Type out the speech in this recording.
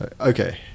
okay